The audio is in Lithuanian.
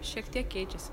šiek tiek keičiasi